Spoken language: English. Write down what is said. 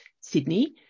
Sydney